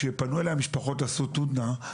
כשפנו אליי המשפחות לעשות הודנה,